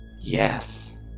Yes